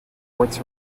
quartz